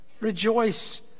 Rejoice